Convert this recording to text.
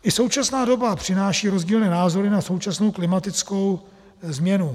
I současná doba přináší rozdílné názory na současnou klimatickou změnu.